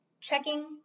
Checking